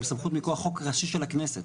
מסמכות מכוח חוק ראשי של הכנסת.